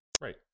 Right